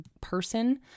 person